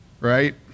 Right